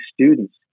students